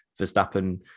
Verstappen